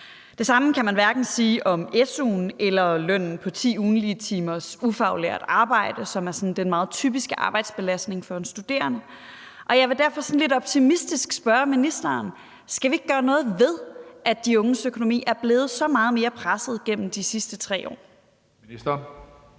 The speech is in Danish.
Det samme kan man hverken sige om su'en eller lønnen for 10 ugentlige timers ufaglært arbejde, som er sådan den meget typiske arbejdsbelastning for en studerende. Jeg vil derfor sådan lidt optimistisk spørge ministeren: Skal vi ikke gøre noget ved, at de unges økonomi er blevet så meget mere presset gennem de sidste 3 år? Kl.